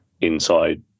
inside